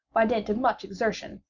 by dint of much exertion,